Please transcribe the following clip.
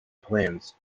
plans